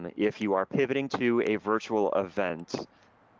and if you are pivoting to a virtual event,